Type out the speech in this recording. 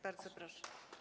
Bardzo proszę.